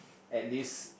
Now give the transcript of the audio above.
at least